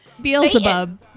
Beelzebub